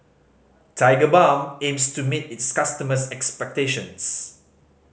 Tigerbalm aims to meet its customers' expectations